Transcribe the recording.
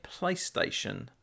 PlayStation